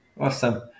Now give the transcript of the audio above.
awesome